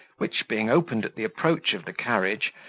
which, being opened at the approach of the carriage,